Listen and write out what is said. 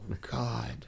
God